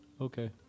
Okay